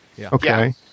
Okay